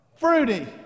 Fruity